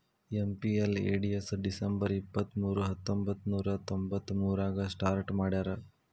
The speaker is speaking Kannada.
ಎಂ.ಪಿ.ಎಲ್.ಎ.ಡಿ.ಎಸ್ ಡಿಸಂಬರ್ ಇಪ್ಪತ್ಮೂರು ಹತ್ತೊಂಬಂತ್ತನೂರ ತೊಂಬತ್ತಮೂರಾಗ ಸ್ಟಾರ್ಟ್ ಮಾಡ್ಯಾರ